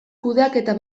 kudeaketa